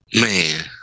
Man